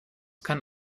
kann